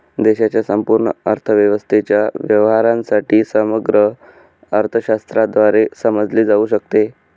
देशाच्या संपूर्ण अर्थव्यवस्थेच्या व्यवहारांना समग्र अर्थशास्त्राद्वारे समजले जाऊ शकते